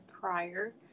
prior